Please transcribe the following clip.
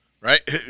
Right